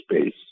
space